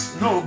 no